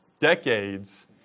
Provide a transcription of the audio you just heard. decades